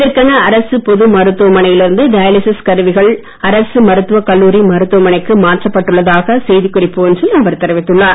இதற்கென அரசு பொது மருத்துவமனையில் இருந்து டயாலிசிஸ் கருவிகள் அரசு மருத்துவக் கல்லூரி மருத்துவமனைக்கு மாற்றப்பட்டுள்ளதாக செய்திக்குறிப்பு ஒன்றில் அவர் தெரிவித்துள்ளார்